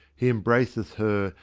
he embraceth her,